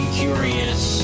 curious